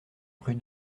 rue